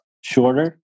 shorter